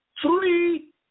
three